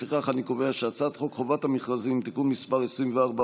לפיכך אני קובע שהצעת חוק חובת המכרזים (תיקון מס' 24,